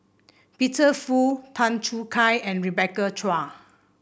Peter Fu Tan Choo Kai and Rebecca Chua